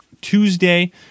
Tuesday